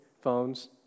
Phones